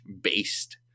based